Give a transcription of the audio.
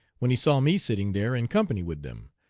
when he saw me sitting there in company with them,